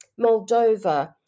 Moldova